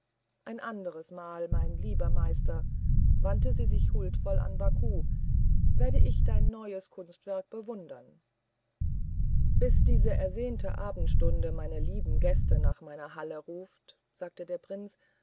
ein anderes mal mein lieber meister wandte sie sich huldvoll an baku werde ich dein neues kunstwerk bewundern bis diese ersehnte abendstunde meine lieben gäste nach meiner halle ruft sagte der prinz